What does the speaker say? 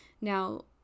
Now